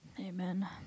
Amen